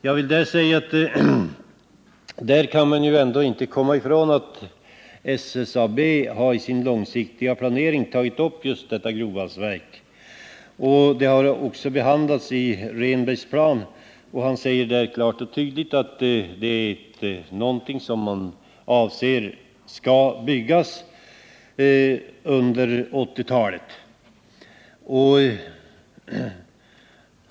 Jag vill framhålla att man ändå inte kan komma ifrån att SSAB i sin långsiktiga planering tagit upp just detta grovvalsverk, och det har också behandlats i Bertil Rehnbergs plan. Bertil Rehnberg säger klart och tydligt att det är någonting som man avser skall byggas under 1980-talet.